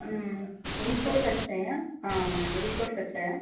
reports వచ్చాయా అవునండీ reports వచ్చాయా